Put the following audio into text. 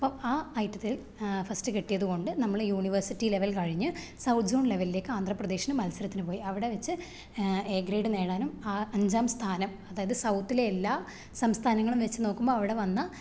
അപ്പം ആ ഐറ്റത്തില് ഫസ്റ്റ് കിട്ടിയത് കൊണ്ട് നമ്മൾ യൂണിവേസിറ്റി ലെവല് കഴിഞ്ഞ് സൗത്ത് സോണ് ലെവലിലേക്ക് ആന്ധ്രപ്രദേശിന് മത്സരത്തിന് പോയി അവിടെ വെച്ച് എ ഗ്രേഡ് നേടാനും ആ അഞ്ചാം സ്ഥാനം അതായത് സൗത്തിലെ എല്ലാ സംസ്ഥാനങ്ങളും വെച്ച് നോക്കുമ്പം അവിടെ വന്ന